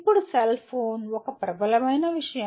ఇప్పుడు సెల్ఫోన్ ఒక ప్రబలమైన విషయం